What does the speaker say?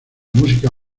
música